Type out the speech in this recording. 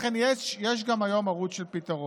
לכן, יש גם היום ערוץ של פתרון.